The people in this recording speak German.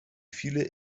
viele